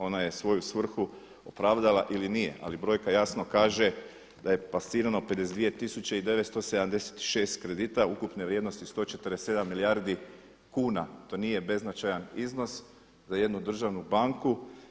Ona je svoju svrhu opravdala ili nije ali brojka jasno kaže da je … 52 tisuće i 976 kredita ukupne vrijednosti 147 milijardi kuna, to nije beznačajan iznos za jednu državnu banku.